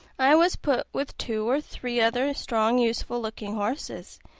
i was put with two or three other strong, useful-looking horses,